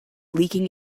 leaking